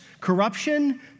corruption